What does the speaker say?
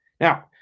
Now